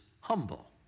humble